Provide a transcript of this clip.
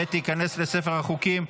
ותיכנס לספר החוקים.